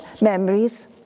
memories